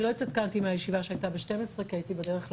אני לא התעדכנתי מהישיבה שהייתה ב-12:00 כי הייתי בדרך לפה.